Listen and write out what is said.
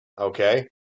Okay